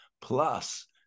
Plus